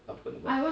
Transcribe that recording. apa kau nak buat